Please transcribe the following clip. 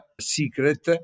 secret